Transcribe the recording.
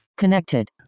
connected